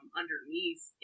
underneath